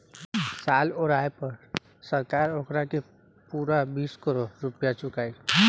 साल ओराये पर सरकार ओकारा के पूरा बीस करोड़ रुपइया चुकाई